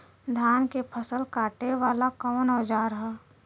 धान के फसल कांटे वाला कवन औजार ह?